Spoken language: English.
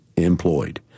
Employed